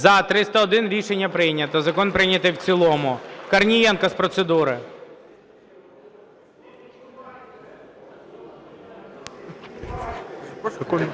За-301 Рішення прийнято. Закон прийнятий в цілому. Корнієнко з процедури.